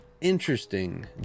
interesting